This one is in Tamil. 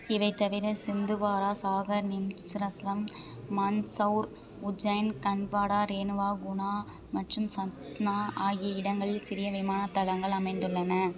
இவை தவிர சிந்துவாரா சாகர் நீமுச் ரத்லம் மண்ட்சௌர் உஜ்ஜைன் கண்ட்வாடா ரேனுவா குணா மற்றும் சத்னா ஆகிய இடங்களில் சிறிய விமானத் தளங்கள் அமைந்துள்ளன